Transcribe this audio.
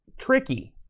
tricky